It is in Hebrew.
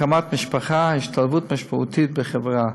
הקמת משפחה והשתלבות משמעותית בחברה.